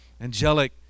angelic